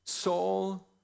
Saul